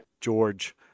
George